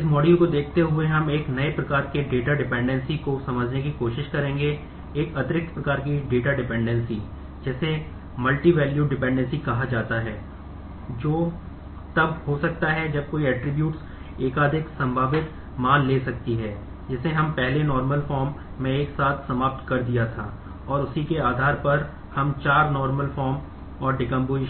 इस मॉड्यूल को देखते हुए हम एक नए प्रकार के डेटा डिपेंडेंसी होने